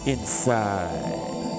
Inside